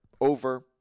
over